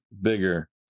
bigger